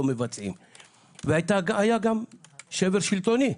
היה גם שבר שלטוני.